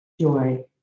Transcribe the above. joy